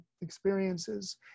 experiences